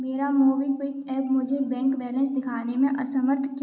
मेरा MobiKwik app मुझे bank balance दिखाने में असमर्थ क्यों